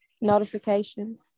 notifications